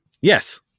Yes